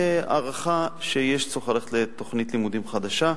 הערכה שיש צורך ללכת לתוכנית לימודים חדשה.